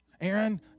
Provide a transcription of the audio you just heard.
Aaron